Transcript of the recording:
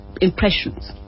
impressions